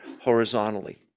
horizontally